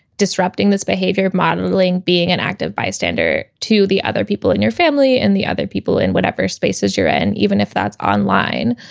disrupting this behavior, modeling, being an active bystander to the other people in your family and the other people in whatever spaces you're in, and even if that's online,